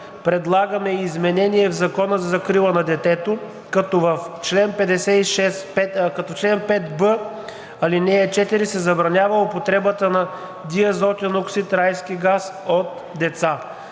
предлагаме и изменение в Закона за закрила на детето, като в чл. 5б, ал. 4 се забранява употребата на диазотен оксид – райски газ от деца.